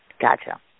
Gotcha